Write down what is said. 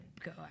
go